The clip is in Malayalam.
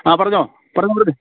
ആ പറഞ്ഞോ പറഞ്ഞോളൂന്നേ